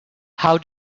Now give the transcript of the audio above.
how